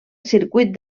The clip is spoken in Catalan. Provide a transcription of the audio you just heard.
circuit